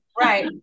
Right